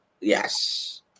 Yes